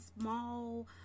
small